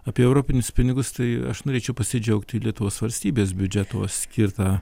apie europinius pinigus tai aš norėčiau pasidžiaugti lietuvos valstybės biudžeto skirta